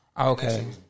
Okay